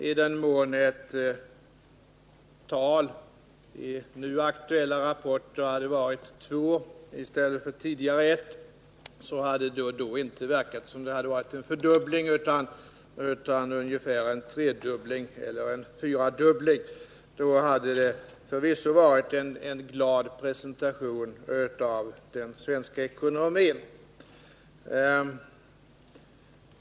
Om ett tal i de nu aktuella rapporterna hade varit två i stället för ett, hade det inte verkat som om det hade varit en fördubbling utan som om det hade varit en treeller fyrdubbling. Då hade det förvisso blivit en glad presentation av den svenska ekonomin.